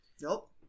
Nope